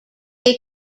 they